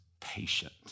patient